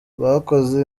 bakoze